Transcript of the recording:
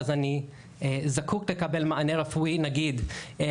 אז אני זקוק לקבל מענה רפואי בבטרם,